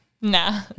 Nah